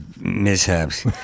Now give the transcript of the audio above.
mishaps